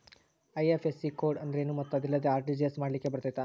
IFSC code ಅಂದ್ರೇನು ಮತ್ತು ಅದಿಲ್ಲದೆ ಆರ್.ಟಿ.ಜಿ.ಎಸ್ ಮಾಡ್ಲಿಕ್ಕೆ ಬರ್ತೈತಾ?